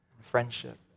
friendship